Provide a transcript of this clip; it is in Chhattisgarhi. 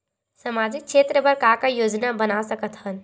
सामाजिक क्षेत्र बर का का योजना बना सकत हन?